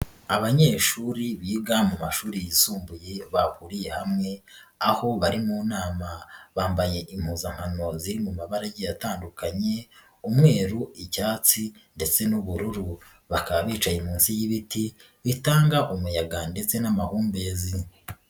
Abanyeshuri biga mu mashuri yisumbuye bahuriye hamwe aho bari mu nama, bambaye impuzankano ziri mu mabara atandukanye umweru, icyatsi ndetse n'ubururu, bakaba bicaye munsi y'ibiti bitanga umuyaga ndetse n'amahumbezi.